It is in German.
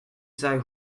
sei